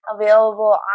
available